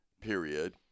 period